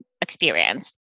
experience